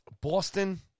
Boston